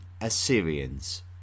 Assyrians